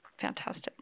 fantastic